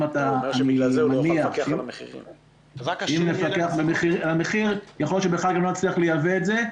אם נפקח על המחיר יכול להיות שבכלל גם לא נצליח לייבא את זה,